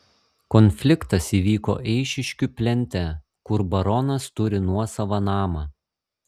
konfliktas įvyko eišiškių plente kur baronas turi nuosavą namą